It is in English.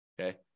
Okay